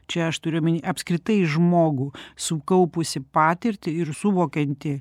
čia aš turiu omeny apskritai žmogų sukaupusį patirtį ir suvokiantį